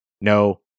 no